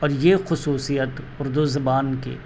اور یہ خصوصیت اردو زبان کی